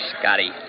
Scotty